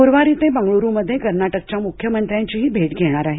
गुरुवारी ते बंगळूरुमध्ये कर्नाटक चे मुख्यमंत्री यांचीही भेट घेणार आहेत